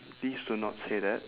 please do not say that